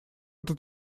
это